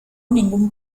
ningún